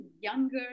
younger